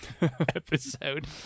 episode